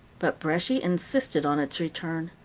but bresci insisted on its return.